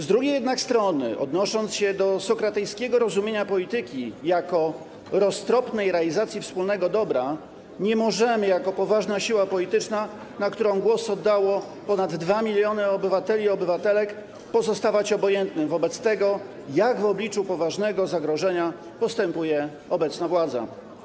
Z drugiej jednak strony odnosząc się do sokratejskiego rozumienia polityki jako roztropnej realizacji wspólnego dobra, nie możemy jako poważna siła polityczna, na którą głos oddało ponad 2 mln obywateli i obywatelek, pozostawać obojętni wobec tego, jak w obliczu poważnego zagrożenia postępuje obecna władza.